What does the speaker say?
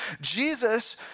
Jesus